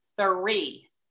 three